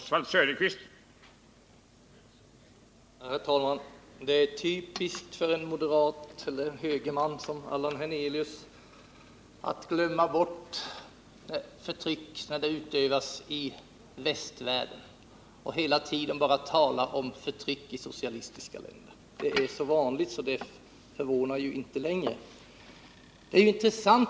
Herr talman! Det är typiskt för en högerman som Allan Hernelius att glömma bort förtryck när det utövas i västvärlden och hela tiden bara tala om förtryck i socialistiska länder. Det är så vanligt att det inte längre förvånar.